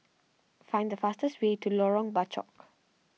find the fastest way to Lorong Bachok